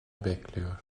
bekliyor